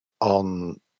on